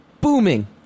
booming